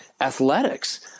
athletics